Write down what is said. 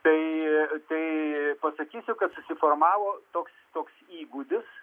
tai tai pasakysiu kad susiformavo toks toks įgūdis